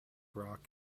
rock